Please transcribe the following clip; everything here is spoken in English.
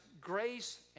grace